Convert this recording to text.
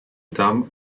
tam